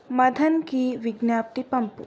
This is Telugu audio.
మథన్కి విజ్ఞప్తి పంపు